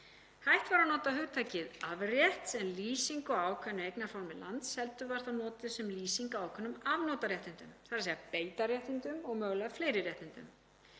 Hætt var að nota hugtakið afrétt sem lýsingu á ákveðnu eignarformi lands heldur var það notað sem lýsing á ákveðnum afnotaréttindum, þ.e. beitarréttindum og mögulega fleiri réttindum.